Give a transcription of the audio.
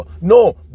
No